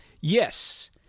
yes